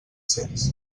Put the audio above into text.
cents